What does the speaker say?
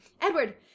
Edward